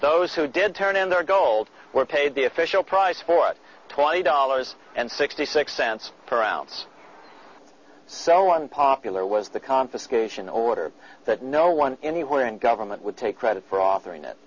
those who did turn in their gold were paid the official price for twenty dollars and sixty six cents per ounce so unpopular was the confiscation order that no one anywhere in government would take credit for offering it